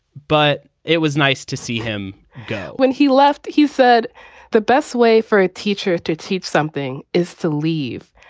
but it was nice to see him go when he left he said the best way for a teacher to teach something is to leave.